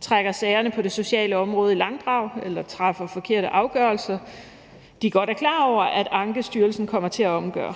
trækker sagerne på det sociale område i langdrag eller træffer forkerte afgørelser, som de godt er klar over Ankestyrelsen kommer til at omgøre.